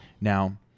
Now